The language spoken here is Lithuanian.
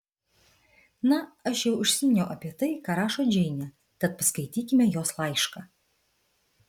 na aš jau užsiminiau apie tai ką rašo džeinė tad paskaitykime jos laišką